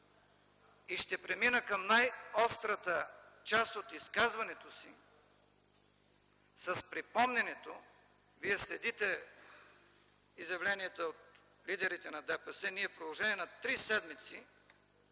Ще премина към най-острата част от изказването си с припомнянето (вие следите изявленията от лидерите на ДПС) - ние в продължение на три седмици